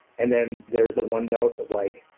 and then there is the one note of like,